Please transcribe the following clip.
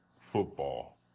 football